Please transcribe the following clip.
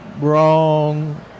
Wrong